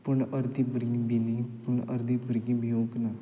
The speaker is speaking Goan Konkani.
पूण अर्दीं भुरगीं भिलीं पूण अर्दीं भुरगीं भिवूंक ना